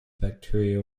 bacterial